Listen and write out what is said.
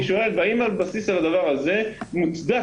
אבל אני שואל, אם התכלית המרכזית היא